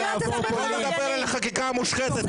נשלחו כדי לדבר על חקיקה מושחתת.